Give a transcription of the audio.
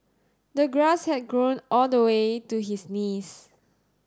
the grass had grown all the way to his knees